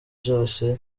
zose